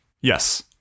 Yes